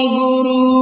guru